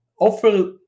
offer